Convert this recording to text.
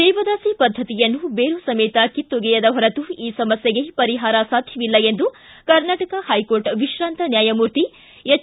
ದೇವದಾಸಿ ಪದ್ದತಿಯನ್ನು ಬೇರು ಸಮೇತ ಕಿತ್ತೊಗೆಯದ ಹೊರುತು ಈ ಸಮಸ್ಥೆಗೆ ಪರಿಹಾರ ಸಾಧ್ಯವಿಲ್ಲ ಎಂದು ಕರ್ನಾಟಕ ಹೈಕೋರ್ಟ್ ವಿಶ್ರಾಂತ ನ್ಯಾಯಮೂರ್ತಿ ಎಚ್